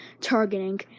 targeting